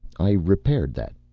i repaired that.